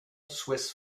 swiss